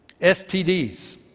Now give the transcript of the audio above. STDs